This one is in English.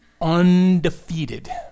undefeated